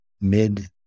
mid